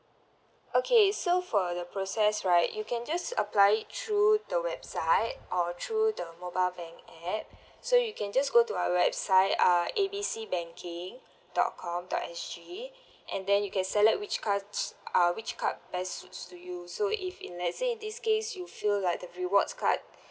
okay so for the process right you can just apply it through the website or through the mobile bank app so you can just go to our website uh A B C banking dot com dot S_G and then you can select which cards uh which card best suits to you so if in let's say in this case you feel like the rewards card